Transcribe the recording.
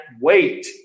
wait